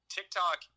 TikTok